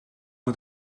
het